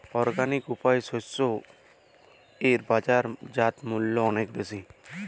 organic উপায়ে উৎপন্ন শস্য এর বাজারজাত মূল্য অনেক বেশি